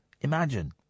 imagine